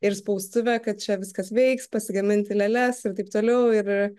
ir spaustuvę kad čia viskas veiks pasigaminti lėles ir taip toliau ir